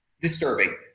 disturbing